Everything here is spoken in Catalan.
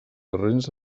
terrenys